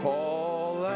Paul